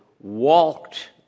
walked